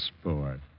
sport